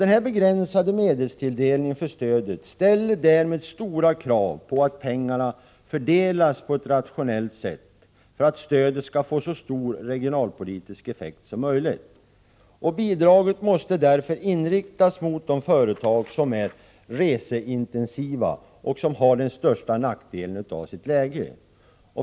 Den begränsade medelstilldelningen för stödet ställer därmed stora krav på att pengarna fördelas på ett rationellt sätt för att stödet skall få så stor regionalpolitisk effekt som möjligt. Bidraget måste därför inriktas på de företag som är reseintensiva och som har den största nackdelen av sitt läge.